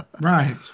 Right